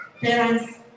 parents